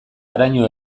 haraino